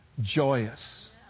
joyous